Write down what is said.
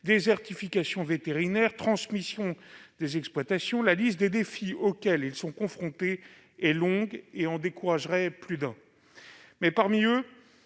désertification vétérinaire, transmission des exploitations : la liste des défis auxquels ils sont confrontés est longue et en découragerait plus d'un. Vivre